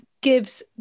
gives